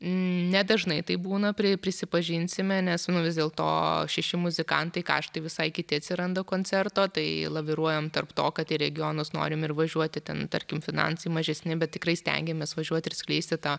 nedažnai taip būna pri prisipažinsime nes vis dėlto šeši muzikantai kaštai visai kiti atsiranda koncerto tai laviruojam tarp to kad į regionus norim ir važiuoti ten tarkim finansai mažesni bet tikrai stengiamės važiuoti ir skleisti tą